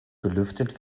belüftet